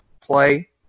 play